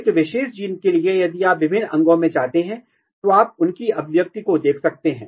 एक विशेष जीन के लिए यदि आप विभिन्न अंगों में जाते हैं तो आप उनकी अभिव्यक्ति को देख सकते हैं